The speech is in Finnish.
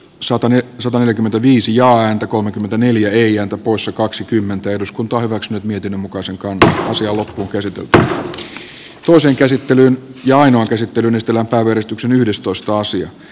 sota sataneljäkymmentäviisi joan kolmekymmentäneljä eija tapossa kaksikymmentä eduskunta hyväksyi mietinnön mukaisen tähtäsi alun kesituttaa toisen käsittelyn ja ainoan käsittelyn estellä päivystyksen päätettävä lausumaehdotuksista